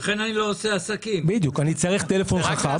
אני אצטרך טלפון חכם.